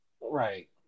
Right